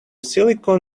silicon